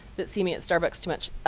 that see me at starbucks too much,